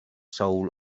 soul